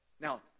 Now